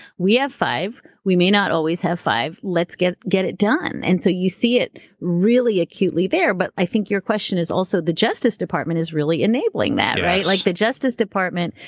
we have five. we may not always have five. let's get get it done. and so you see it really acutely there. but i think your question is also the justice department is really enabling that, right? yes. like the justice department,